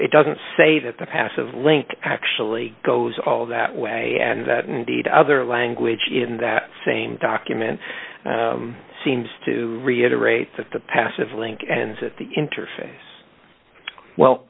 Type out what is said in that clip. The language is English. it doesn't say that the passive link actually goes all that way and that indeed other language in that same document seems to reiterate that the passive link ends at the interface well